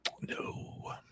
no